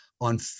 on